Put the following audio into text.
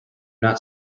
not